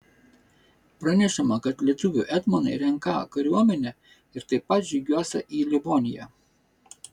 pranešama kad lietuvių etmonai renką kariuomenę ir taip pat žygiuosią į livoniją